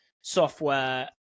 software